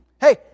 Hey